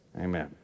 Amen